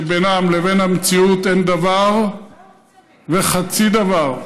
שבינן לבין המציאות אין דבר וחצי דבר.